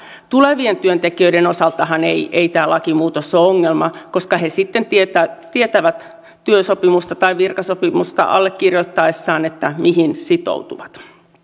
tulevien työntekijöiden osaltahan ei ei tämä lakimuutos ole ongelma koska he sitten tietävät tietävät työsopimusta tai virkasopimusta allekirjoittaessaan mihin sitoutuvat